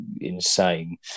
insane